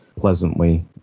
pleasantly